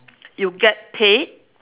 you get paid